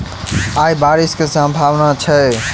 आय बारिश केँ सम्भावना छै?